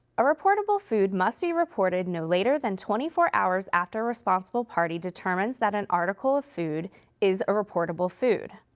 a reportable food must be reported no later than twenty four hours after a responsible party determines that an article of food is a reportable food.